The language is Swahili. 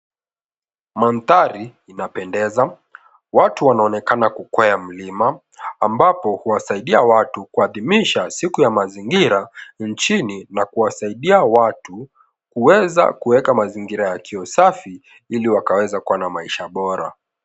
Mandhari inapendeza, watu wanaonekana kukwea mlima, ambapo huwasaidia watu kuadimisha siku ya mazingira nchini na kuwasaidia watu kuweza kuweka mazingira yakiwa safi, ili wakaweza kuwa na maisha bora.